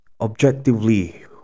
objectively